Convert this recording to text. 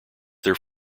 their